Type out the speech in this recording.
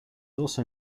also